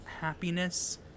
happiness